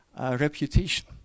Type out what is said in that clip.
reputation